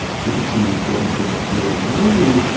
did it seem important to include it in the movie?